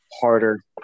harder